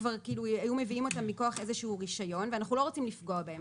כבר היו מביאים אותם מכוח איזשהו רישיון ואנחנו לא רוצים לפגוע בהם,